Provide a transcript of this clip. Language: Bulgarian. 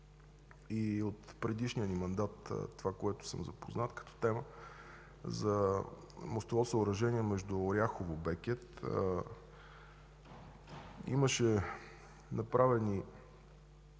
и от предишния ни мандат това, с което съм запознат като темата за мостово съоръжение между Оряхово – Бекет. Имаше направени